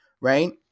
right